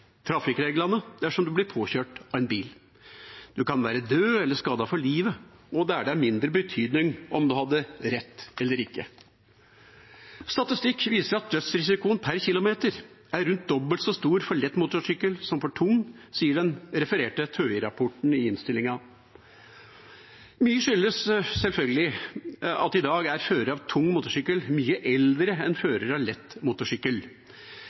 trafikkreglene, dersom man blir påkjørt av en bil. Man kan være død eller skadet for livet, og da er det av mindre betydning om man hadde rett eller ikke. Statistikk viser at dødsrisikoen per kilometer er rundt dobbelt så stor for lett motorsykkel som for tung, sier TØI-rapporten som refereres i innstillinga. Mye skyldes selvfølgelig at i dag er førere av tung motorsykkel mye eldre enn førere av lett motorsykkel.